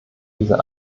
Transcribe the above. dieser